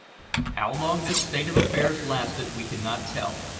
how long this state of affairs lasted we cannot tell,